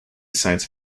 science